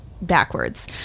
backwards